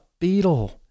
Beetle